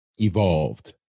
evolved